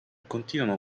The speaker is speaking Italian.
continuano